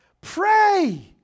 Pray